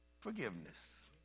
Forgiveness